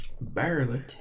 Barely